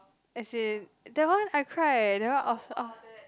as in that one I cry eh that one I I